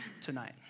tonight